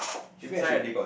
maybe I should